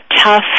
tough